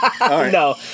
No